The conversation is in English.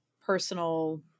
personal